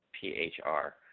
P-H-R